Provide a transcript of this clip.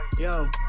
Yo